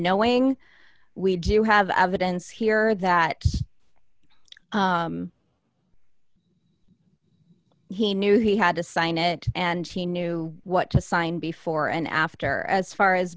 knowing we do have evidence here that he knew he had to sign it and he knew what to sign before and after as far as